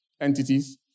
entities